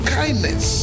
kindness